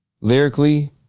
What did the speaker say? Lyrically